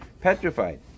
petrified